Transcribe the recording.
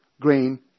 grain